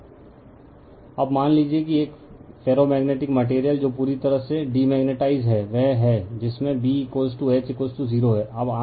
refer slide time 2131 अब मान लीजिए कि एक फेर्रोमेग्नेटिक मटेरियल जो पूरी तरह से डीमेग्नेटाइजड है वह है जिसमें B H 0 है